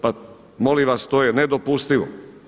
Pa molim vas, to je nedopustivo.